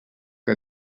que